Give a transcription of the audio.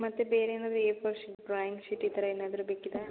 ಮತ್ತು ಬೇರೇನಾದರೂ A four sheet drawing sheet ಈ ಥರ ಏನಾದರೂ ಬೇಕಿತ್ತಾ